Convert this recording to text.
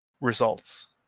results